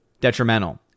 detrimental